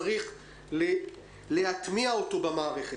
צריך להטמיע אותו במערכת,